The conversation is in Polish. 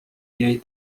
jej